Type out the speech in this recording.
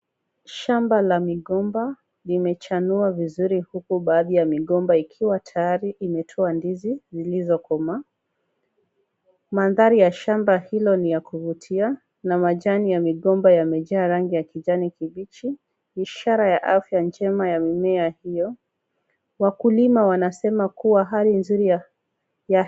Shamba la migomba limechanua vizuri huku baadhi ya migomba ikiwa tayari imetoa ndizi zilizokomaa, mandhari ya shamba hilo ni ya kuvutia na majani ya migomba yamejaa rangi ya kijani kibichi. Ishara ya afya njema ya mimea hiyo, wakulima wanasema kuwa hali nzuri ya.